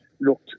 looked